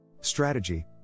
Strategy